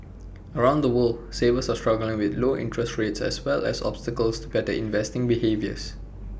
around the world savers are struggling with low interest rates as well as obstacles to better investing behaviours